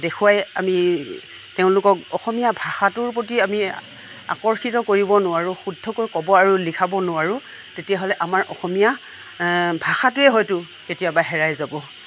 দেখুৱাই আমি তেওঁলোকক অসমীয়া ভাষাটোৰ প্ৰতি আমি আকৰ্ষিত কৰিব নোৱাৰোঁ শুদ্ধকৈ ক'ব আৰু লিখাব নোৱাৰোঁ তেতিয়াহ'লে আমাৰ অসমীয়া ভাষাটোৱে হয়টো কেতিয়াবা হেৰাই যাব